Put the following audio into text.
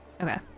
Okay